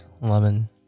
lemon